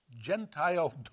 Gentile